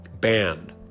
Banned